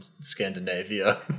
Scandinavia